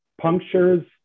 punctures